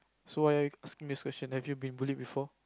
so why are you asking this question have you been bully before